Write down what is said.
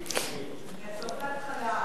מהסוף להתחלה.